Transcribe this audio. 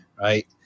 right